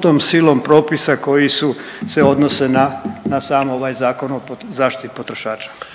svom silnom propisa koji su, se odnose na sam ovaj Zakon o zaštiti potrošača.